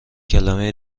کلمه